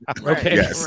Okay